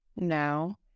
now